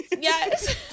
Yes